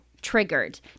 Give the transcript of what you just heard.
Triggered